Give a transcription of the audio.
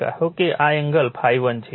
કહો કે આ એંગલ ∅1 છે